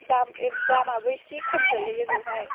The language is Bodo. दाम ए दामआबो इसे खम गोग्लैयो बेवहाय